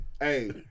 Hey